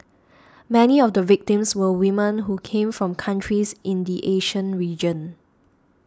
many of the victims were women who came from countries in the Asian region